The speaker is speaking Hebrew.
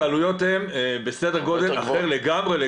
העלויות הן בסדר גודל אחרי לגמר.